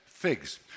figs